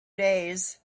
days